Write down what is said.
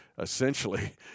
essentially